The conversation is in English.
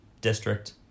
district